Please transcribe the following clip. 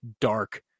dark